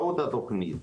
מהות התוכנית: